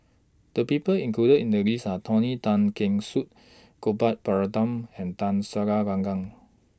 The People included in The list Are Tony Tan Keng Su Gopal Baratham and Tun Sri Lanang